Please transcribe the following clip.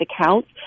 accounts